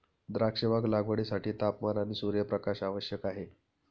द्राक्षबाग लागवडीसाठी तापमान आणि सूर्यप्रकाश आवश्यक आहे